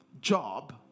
job